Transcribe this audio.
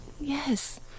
Yes